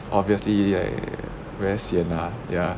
obviously like very sian lah ya